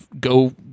go